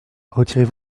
retirez